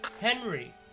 Henry